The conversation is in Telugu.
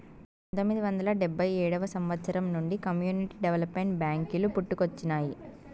పంతొమ్మిది వందల డెబ్భై ఏడవ సంవచ్చరం నుండి కమ్యూనిటీ డెవలప్మెంట్ బ్యేంకులు పుట్టుకొచ్చినాయి